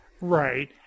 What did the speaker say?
Right